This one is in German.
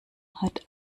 hat